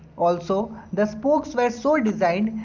also the spokes were so designed,